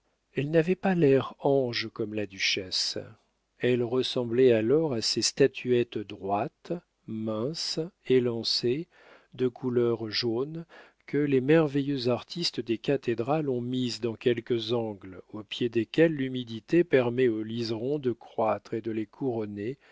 elle n'avait pas l'air ange comme la duchesse elle ressemblait alors à ces statuettes droites minces élancées de couleur jaune que les merveilleux artistes des cathédrales ont mises dans quelques angles au pied desquelles l'humidité permet au liseron de croître et de les couronner